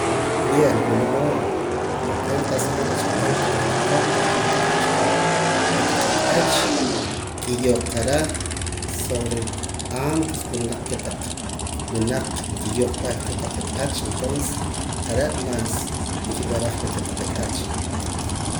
Bien wula mood depende qa'sa mood na chapaam kotaq chikop porque la kotaq chikop kotaq ak'ach kiyooq ra sobre antes wila naq kotaq winaq nkiyooq b'eh kotaq ak'ach entonces are' mas nkib'araj kotaq ak'ach